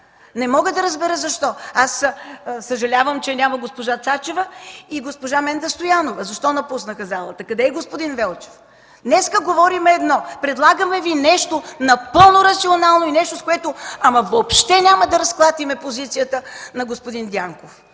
Не мога да разбера защо. Съжалявам, че я няма госпожа Цачева и госпожа Менда Стоянова. Защо напуснаха залата? Къде е господин Велчев? Днес говорим едно, предлагаме Ви нещо напълно рационално и нещо, с което въобще няма да разклатим позицията на господин Дянков.